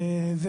הנושא הראשון,